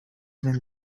been